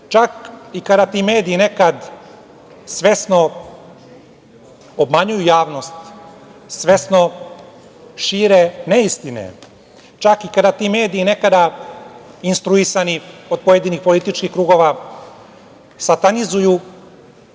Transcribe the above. čak i kada ti mediji nekad svesno obmanjuju javnost, svesno šire neistine, čak i kada ti mediji, nekada instruisani od pojedinih političkih krugova, satanizuju